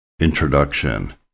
Introduction